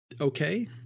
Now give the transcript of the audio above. okay